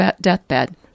deathbed